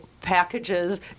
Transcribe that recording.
packages